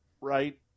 right